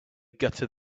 gutted